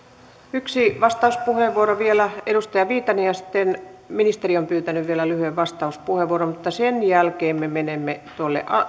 yksi vastauspuheenvuoro vielä edustaja viitanen ja sitten ministeri on pyytänyt vielä lyhyen vastauspuheenvuoron mutta sen jälkeen me menemme tuolle